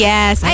Yes